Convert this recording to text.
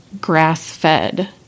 grass-fed